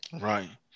Right